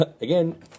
again